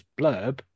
blurb